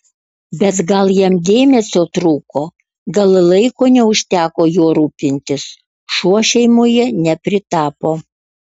bet gal jam dėmesio trūko gal laiko neužteko juo rūpintis šuo šeimoje nepritapo